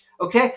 okay